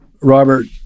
Robert